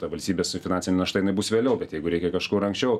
ta valstybės finansinė našta jinai bus vėliau bet jeigu reikia kažkur anksčiau